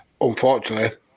unfortunately